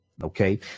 Okay